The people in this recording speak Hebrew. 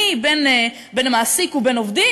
אני בין המעסיק ובין עובדים.